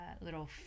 little